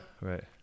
Right